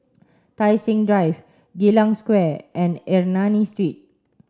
Tai Seng Drive Geylang Square and Ernani Street